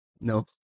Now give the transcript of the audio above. no